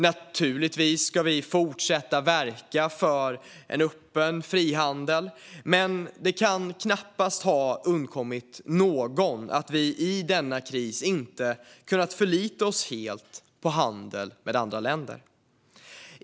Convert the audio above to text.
Naturligtvis ska vi fortsätta att verka för en öppen frihandel, men det kan knappast ha undgått någon att vi i denna kris inte har kunnat förlita oss helt på handel med andra länder.